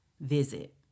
visit